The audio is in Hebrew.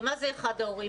ומה זה אחד ההורים?